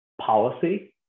policy